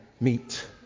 meet